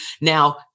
Now